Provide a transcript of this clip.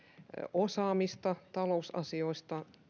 osaamista talousasioissa